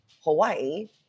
Hawaii